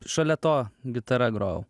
šalia to gitara grojau